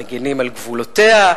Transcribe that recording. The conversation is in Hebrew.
מגינים על גבולותיה,